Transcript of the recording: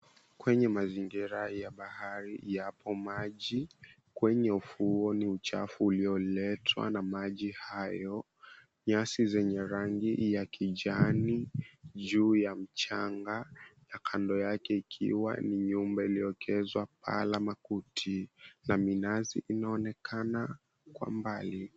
Kwenye mazingira ya bahari yapo maji, kwenye ufuoni uchafu ulioletwa na maji hayo, nyasi zenye rangi ya kijani juu ya mchanga na kando yake ikiwa ni nyumba iliyoekezwa na paa la makuti na minazi inaonekana kwa mbali.